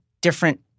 different